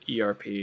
ERP